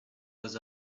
was